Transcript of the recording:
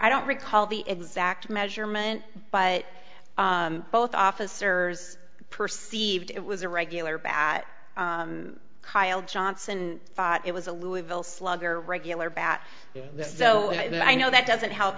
i don't recall the exact measurement but both officers perceived it was a regular bat kyle johnson thought it was a louisville slugger regular bat this so i know that doesn't help